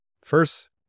first